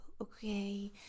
okay